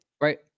right